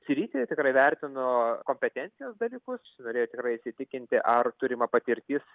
sritį tikrai vertino kompetencijos dalykus norėjo tikrai įsitikinti ar turima patirtis